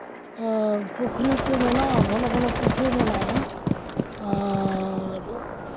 ᱯᱩᱠᱷᱨᱤ ᱠᱚ ᱢᱮᱱᱟᱝᱼᱟ ᱜᱷᱚᱱᱚ ᱜᱷᱚᱱᱚ ᱯᱩᱠᱷᱨᱤ ᱠᱚ ᱢᱮᱱᱟᱜᱼᱟ ᱟᱨ